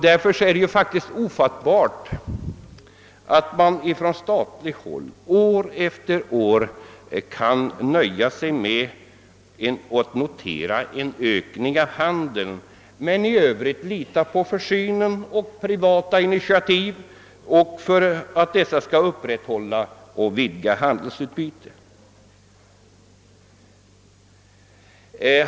Därför är det ofattbart att man från statens håll år efter år kan nöja sig med att notera en ökning av handeln men i övrigt lita på försynen och på att privata initiativ skall kunna upprätthålla och vidga handelsutbytet.